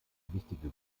wichtige